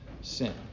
sin